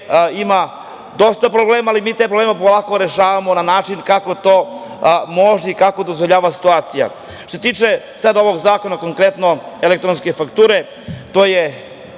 ima dosta problema, ali mi te probleme polako rešavamo na način kako to može i kako dozvoljava situacija. Što se tiče sada ovog zakona konkretno, elektronske fakture, to je